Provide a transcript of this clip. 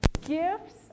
Gifts